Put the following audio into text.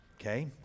okay